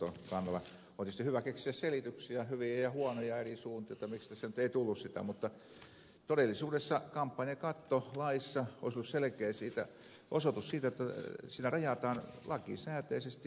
on tietysti hyvä keksiä selityksiä hyviä ja huonoja eri suuntiin miksi tässä nyt ei tullut sitä mutta todellisuudessa kampanjakatto laissa olisi ollut selkeä osoitus siitä että sitä rajataan lakisääteisesti